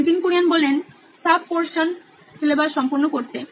নীতিন কুরিয়ান সি ও ও নোইন ইলেকট্রনিক্স সাব পোর্সান সিলেবাস সম্পূর্ণ করতে